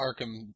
Arkham